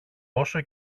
όσο